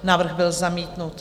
Návrh byl zamítnut.